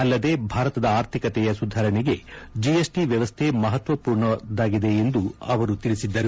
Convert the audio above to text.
ಅಲ್ಲದೆ ಭಾರತದ ಆರ್ಥಿಕತೆಯ ಸುಧಾರಣೆಗೆ ಜಿಎಸ್ಟಿ ವ್ಯವಸ್ಥೆ ಮಹತ್ಯಪೂರ್ಣದ್ದಾಗಿದೆ ಎಂದು ತಿಳಿಸಿದ್ದರು